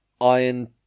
iron